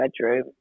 bedroom